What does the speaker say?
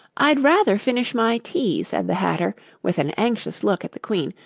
i'd rather finish my tea said the hatter, with an anxious look at the queen,